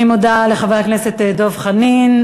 אני מודה לחבר הכנסת דב חנין.